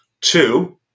Two